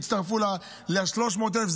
יצטרפו ל-300,000.